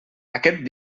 aquest